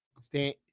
Stay